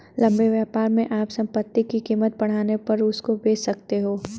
लंबे व्यापार में आप संपत्ति की कीमत बढ़ने पर उसको बेच सकते हो